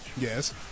Yes